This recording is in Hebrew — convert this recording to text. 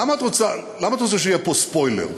למה את רוצה שיהיה פה ספוילר?